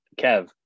Kev